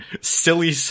silly